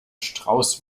strauß